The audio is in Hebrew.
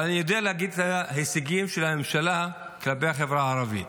אבל אני יודע להגיד את ההישגים של הממשלה כלפי החברה הערבית: